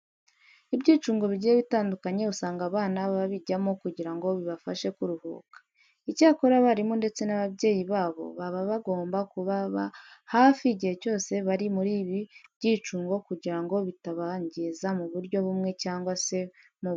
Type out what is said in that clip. Ibyicungo bigiye bitandukanye usanga abana babijyamo kugira ngo bibafashe kuruhuka. Icyakora abarimu ndetse n'ababyeyi babo baba bagomba kubaba hafi igihe cyose bari muri ibi byicungo kugira ngo bitabangiza mu buryo bumwe cyangwa se mu bundi.